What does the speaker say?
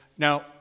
Now